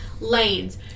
Lanes